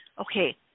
okay